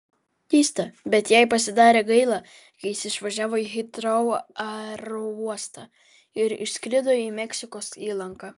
keista bet jai pasidarė gaila kai jis išvažiavo į hitrou aerouostą ir išskrido į meksikos įlanką